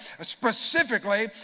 specifically